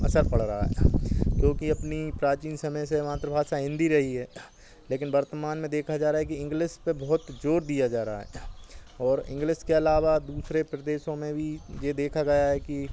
असर पड़ रहा है क्योंकि अपनी प्राचीन समय से मात्राभाषा हिन्दी रही है लेकिन वर्तमान में देखा जा रहा है कि इंग्लिस पर बहुत ज़ोर दिया जा रहा है और इंग्लिस के अलावा भी दूसरे प्रदेशों में भी ये देखा गया है कि